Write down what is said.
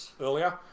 earlier